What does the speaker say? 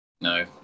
No